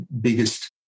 biggest